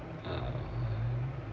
uh